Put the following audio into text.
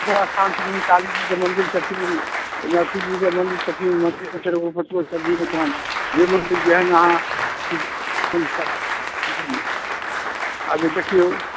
माइ अस्थान छथिन कालीजीके मन्दिर छथिन लछमीजीके मन्दिर छथिन मन्दिर फेर एगोपर छथिन ओहिठाम जे मन्दिर जेहन अहाँ आगू देखिऔ